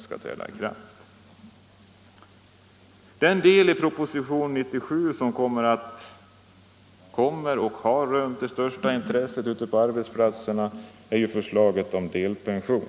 skall träda i kraft. Den del av propositionen 97 som röner det största intresset ute på arbetsplatserna är förslaget om delpension.